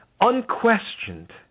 unquestioned